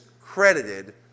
credited